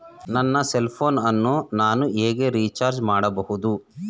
ನನ್ನ cell phone ಅನ್ನು ನಾನು ಹೇಗೆ ರಿಚಾರ್ಜ್ ಮಾಡಬಹುದು?